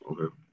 okay